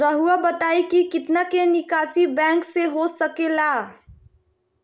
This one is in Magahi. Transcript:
रहुआ बताइं कि कितना के निकासी बैंक से हो सके ला?